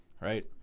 right